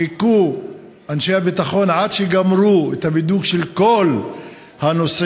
חיכו אנשי הביטחון עד שגמרו את הבידוק של כל הנוסעים,